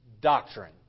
doctrine